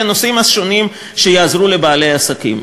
לנושאים השונים שיעזרו לבעלי העסקים.